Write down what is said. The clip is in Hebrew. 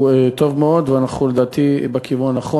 הוא טוב מאוד, ולדעתי אנחנו בכיוון הנכון.